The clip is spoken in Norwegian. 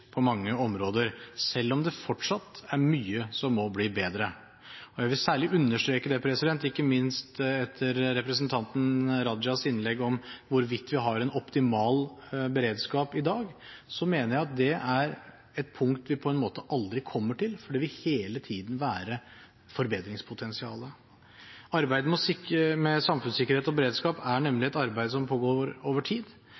på mange områder, selv om det fortsatt er mye som må bli bedre. Etter representanten Rajas innlegg om hvorvidt vi har en optimal beredskap i dag, vil jeg særlig understreke at jeg mener at det er et punkt vi – på en måte – aldri kommer til, for det vil hele tiden være forbedringspotensial. Arbeidet med samfunnssikkerhet og beredskap er nemlig et arbeid som pågår over tid.